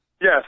Yes